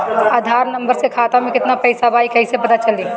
आधार number से खाता में केतना पईसा बा ई क्ईसे पता चलि?